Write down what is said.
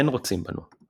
אין רוצים בנו.